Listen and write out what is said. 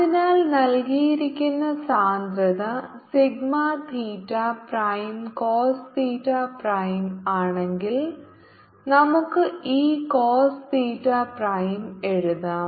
അതിനാൽ നൽകിയിരിക്കുന്ന സാന്ദ്രത sigma theta prime cos theta prime ആണെങ്കിൽ നമുക്ക് ഈ കോസ് തീറ്റ പ്രൈം എഴുതാം